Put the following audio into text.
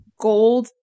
gold